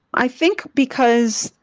i think because,